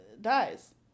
dies